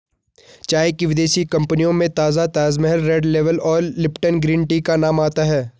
चाय की विदेशी कंपनियों में ताजा ताजमहल रेड लेबल और लिपटन ग्रीन टी का नाम आता है